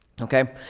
Okay